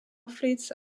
fleets